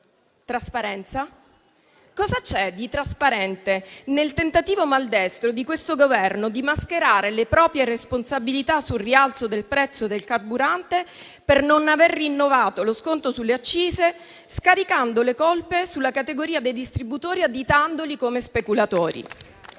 Cosa c'è di trasparente nel tentativo maldestro di questo Governo di mascherare le proprie responsabilità sul rialzo del prezzo del carburante, per non aver rinnovato lo sconto sulle accise, scaricando le colpe sulla categoria dei distributori, additandoli come speculatori?